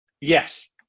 Yes